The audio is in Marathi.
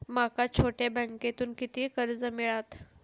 माका छोट्या बँकेतून किती कर्ज मिळात?